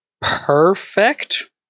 Perfect